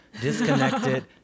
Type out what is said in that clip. Disconnected